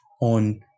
on